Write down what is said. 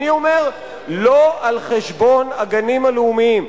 אני אומר: לא על חשבון הגנים הלאומיים,